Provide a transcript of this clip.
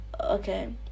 Okay